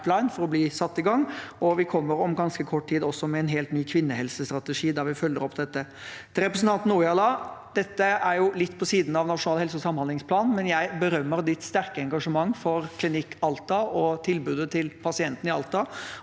for å bli satt i gang, og vi kommer om ganske kort tid også med en helt ny kvinnehelsestrategi, der vi følger opp dette. Til representanten Ojala: Dette er litt på siden av nasjonal helse- og samhandlingsplan, men jeg berømmer hennes sterke engasjement for Klinikk Alta og tilbudet til pasientene i Alta.